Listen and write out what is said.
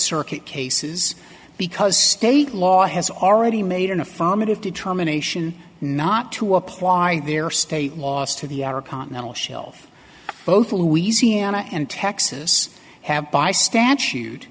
circuit cases because state law has already made an affirmative determination not to apply their state laws to the outer continental shelf both louisiana and texas have by statute